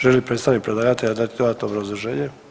Želi li predstavnik predlagatelja dati dodatno obrazloženje?